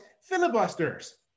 filibusters